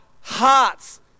hearts